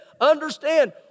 understand